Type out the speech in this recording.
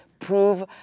prove